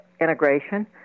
integration